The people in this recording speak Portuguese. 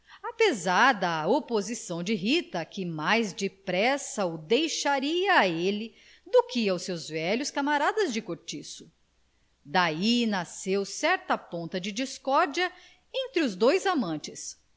apesar da oposição de rita que mais depressa o deixaria a ele do que aos seus velhos camaradas de cortiço daí nasceu certa ponta de discórdia entre os dois amantes